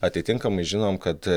atitinkamai žinom kad